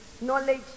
knowledge